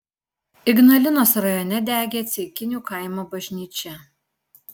ignalinos rajone degė ceikinių kaimo bažnyčia